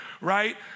right